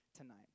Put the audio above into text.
tonight